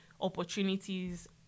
opportunities